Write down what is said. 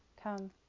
Come